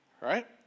right